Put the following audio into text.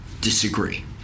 disagree